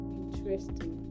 interesting